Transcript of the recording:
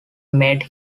made